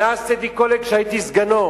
מאז טדי קולק שהייתי סגנו.